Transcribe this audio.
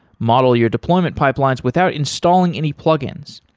model your deployment pipelines without installing any plug-ins.